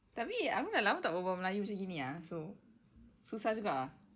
tapi aku dah lama tak berbual melayu macam gini ah so susah juga ah